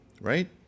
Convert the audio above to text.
Right